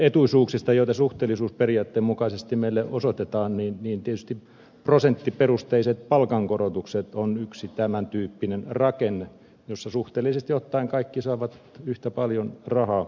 suhteellisuusetuisuuksista joita suhteellisuusperiaatteen mukaisesti meille osoitetaan tietysti prosenttiperusteiset palkankorotukset ovat yksi tämän tyyppinen rakenne jossa suhteellisesti ottaen kaikki saavat yhtä paljon rahaa prosenteissa